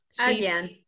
Again